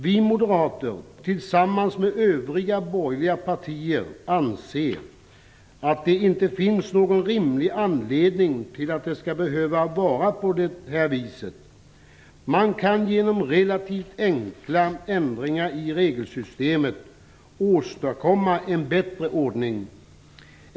Vi moderater tillsammans med övriga borgerliga partier anser att det inte finns någon rimlig anledning till att det skall behöva vara på det här viset. Man kan genom relativt enkla ändringar i regelsystemet åstadkomma en bättre ordning.